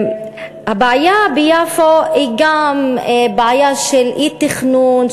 הבעיה ביפו היא גם בעיה של אי-תכנון,